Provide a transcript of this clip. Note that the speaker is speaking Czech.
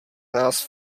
nás